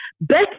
Best